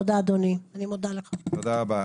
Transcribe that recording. תודה רבה.